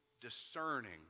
discerning